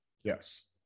Yes